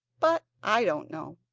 but i don't know.